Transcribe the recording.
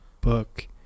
book